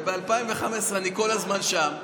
ומ-2015 אני כל הזמן שם.